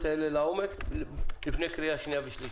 האלה לעומק להכנה לקריאה השנייה והשלישית.